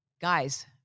guys